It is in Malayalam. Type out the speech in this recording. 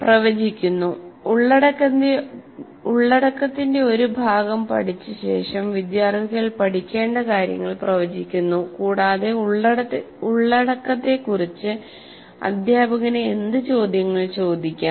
പ്രവചിക്കുന്നു ഉള്ളടക്കത്തിന്റെ ഒരു ഭാഗം പഠിച്ച ശേഷം വിദ്യാർത്ഥികൾ പഠിക്കേണ്ട കാര്യങ്ങൾ പ്രവചിക്കുന്നു കൂടാതെ ഉള്ളടക്കത്തെക്കുറിച്ച് അധ്യാപകന് എന്ത് ചോദ്യങ്ങൾ ചോദിക്കാം